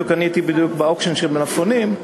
הייתי בדיוק ב-auction של מלפפונים,